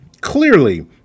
Clearly